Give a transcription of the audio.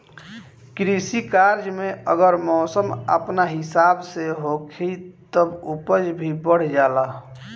कृषि कार्य में अगर मौसम अपना हिसाब से होखी तब उपज भी बढ़ जाला